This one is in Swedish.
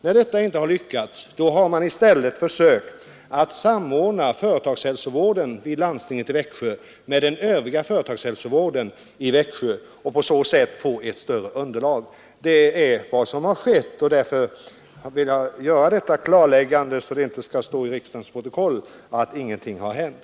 När detta inte lyckats har man i stället försökt samordna företagshälsovården vid landstinget med övrig företagshälsovård i Växjö för att på så sätt få ett större underlag. Detta är vad som skett, och jag har velat göra detta klarläggande, så att det inte skall stå oemotsagt i riksdagens protokoll att ingenting har hänt.